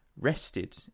rested